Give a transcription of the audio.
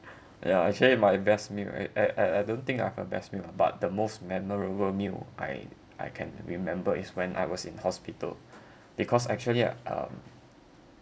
ya actually my best meal at at I don't think I've a best meal lah but the most memorable meal I I can remember is when I was in hospital because actually um